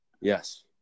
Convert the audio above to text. Yes